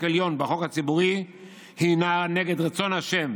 עליון בחוק הציבורי הינה נגד רצון ה',